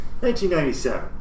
1997